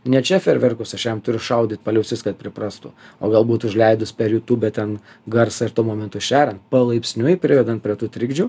ne čia fejerverkus aš jam turiu šaudyt palei ausis kad priprastų o galbūt užleidus per jūtūbę ten garsą ir tuo momentu šeriant palaipsniui privedant prie tų trikdžių